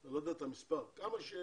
אני לא יודע את המספר, כמה שה-X,